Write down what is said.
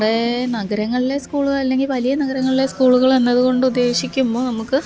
നമ്മുടെ നഗരങ്ങളിലെ സ്കൂള് അല്ലെങ്കിൽ വലിയ നഗരങ്ങളിലെ സ്കൂളുകളെന്നത് കൊണ്ടുദേശിക്കുമ്പോൾ നമുക്ക്